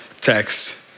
text